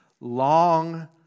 Long